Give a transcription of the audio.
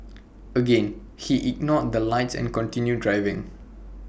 again he ignored the lights and continued driving